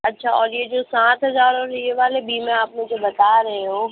अच्छा और ये जो सात हजार और ये वाले बीमा आप मुझे बता रहे हो